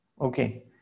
okay